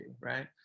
right